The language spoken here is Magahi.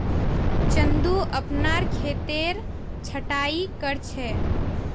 चंदू अपनार खेतेर छटायी कर छ